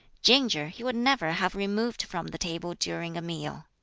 ginger he would never have removed from the table during a meal.